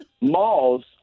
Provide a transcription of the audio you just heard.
Malls